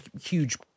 huge